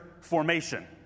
formation